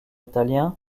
italien